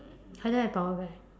I don't have power bank